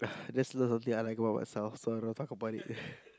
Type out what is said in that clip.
there's lots of thing I like about myself so I don't want talk about it